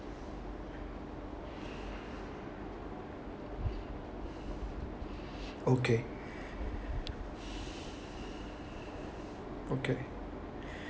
okay okay